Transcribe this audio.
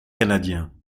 canadien